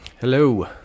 Hello